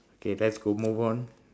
okay that's cool move on